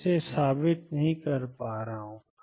मैं इसे साबित नहीं कर रहा हूं